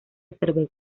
cerveza